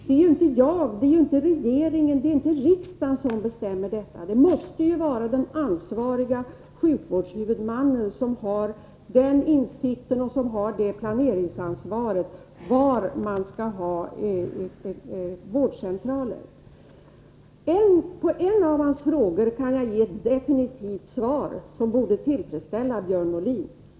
Det är inte jag, regeringen eller riksdagen som bestämmer detta. Det måste vara den ansvarige sjukvårdshuvudmannen som har den insikten och som har planeringsansvaret för var man skall placera vårdcentraler. På en av Björn Molins frågor kan jag ge ett definitivt svar, som borde tillfredsställa honom.